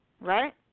right